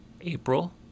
April